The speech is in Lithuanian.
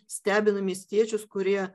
stebina miestiečius kurie